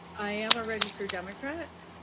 i am a registered democrat.